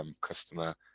customer